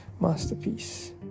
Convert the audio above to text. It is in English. masterpiece